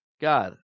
God